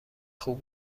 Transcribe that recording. خوب